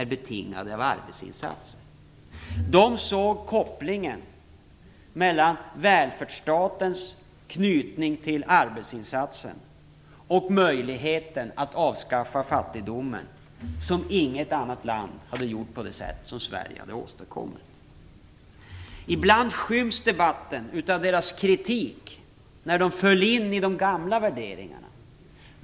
Ibland har debatten skymts av deras kritik, nämligen när de fallit in i de gamla värderingarna.